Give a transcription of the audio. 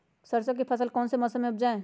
सरसों की फसल कौन से मौसम में उपजाए?